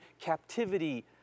captivity